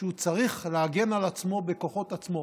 שהוא צריך להגן על עצמו בכוחות עצמו.